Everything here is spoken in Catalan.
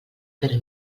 però